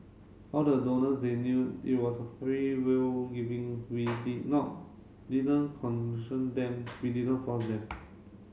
all the donors they knew it was a freewill giving we did not didn't them we didn't force them